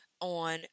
on